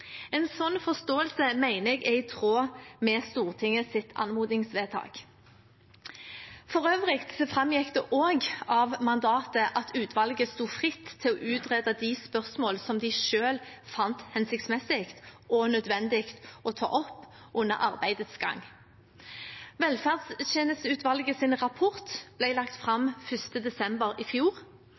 En sånn forståelse mener jeg er i tråd med Stortingets anmodningsvedtak. For øvrig framgikk det av mandatet at utvalget sto fritt til å utrede de spørsmål som de selv fant hensiktsmessig og nødvendig å ta opp under arbeidets gang. Velferdstjenesteutvalgets rapport ble lagt fram 1. desember i fjor,